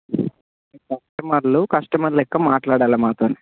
కస్టమర్లు కస్టమర్ లెక్క మాట్లాడాలి మాతో